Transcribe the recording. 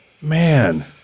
man